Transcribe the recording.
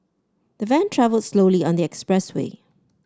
the van travelled slowly on the expressway